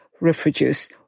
reproduce